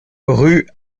rue